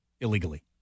illegally